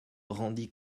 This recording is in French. randy